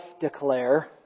declare